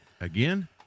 Again